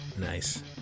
nice